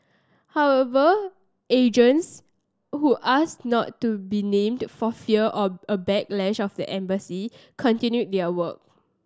however agents who asked not to be named for fear of a backlash by the embassy continued their work